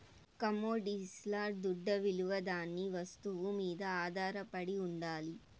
కమొడిటీస్ల దుడ్డవిలువ దాని వస్తువు మీద ఆధారపడి ఉండాలి